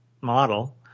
model